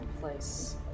place